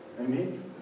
Amen